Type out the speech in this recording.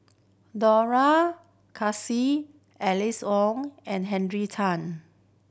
Dollah Kassim Alice Ong and Henry Tan